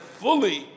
fully